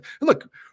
Look